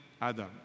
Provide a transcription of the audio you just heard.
Adam